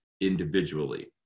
individually